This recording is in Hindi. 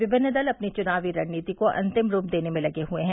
विभिन्न दल अपनी चुनावी रणनीति को अंतिम रूप देने में लगे हैं